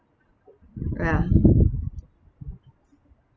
ya